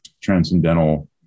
transcendental